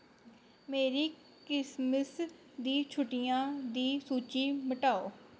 मेरी क्रिसमस दी छुट्टियां दी सूची मटाओ